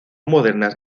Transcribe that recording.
modernas